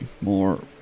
more